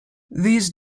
these